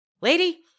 Lady